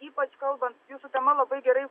ypač kalbant jūsų tema labai gerai